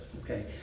Okay